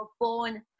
born